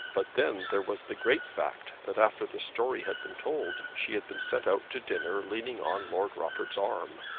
but then there was the great fact that after the story had been told she had been sent out to dinner leaning on lord rufford's arm.